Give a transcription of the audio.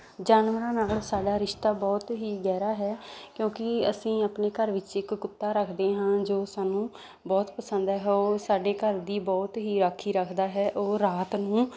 ਜਾਨਵਰਾਂ ਨਾਲ ਸਾਡਾ ਰਿਸ਼ਤਾ ਬਹੁਤ ਹੀ ਗਹਿਰਾ ਹੈ ਕਿਉਂਕਿ ਅਸੀਂ ਆਪਣੇ ਘਰ ਵਿੱਚ ਇੱਕ ਕੁੱਤਾ ਰੱਖਦੇ ਹਾਂ ਜੋ ਸਾਨੂੰ ਬਹੁਤ ਪਸੰਦ ਹੈ ਉਹ ਸਾਡੇ ਘਰ ਦੀ ਬਹੁਤ ਹੀ ਰਾਖੀ ਰੱਖਦਾ ਹੈ ਉਹ ਰਾਤ ਨੂੰ